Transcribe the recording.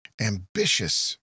ambitious